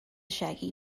shaggy